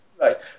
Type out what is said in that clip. Right